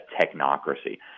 technocracy